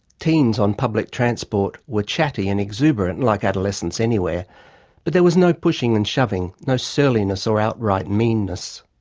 teens on public transport were chatty and exuberant like adolescents anywhere but there was no pushing and shoving, no surliness or outright meanness.